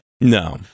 No